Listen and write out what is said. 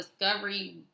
Discovery